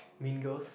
mingles